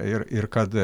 ir ir kad